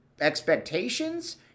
expectations